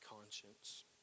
conscience